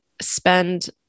spend